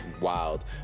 wild